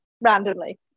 randomly